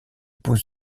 pousse